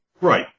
Right